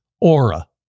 Aura